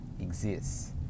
exists